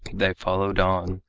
they followed on,